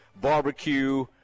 Barbecue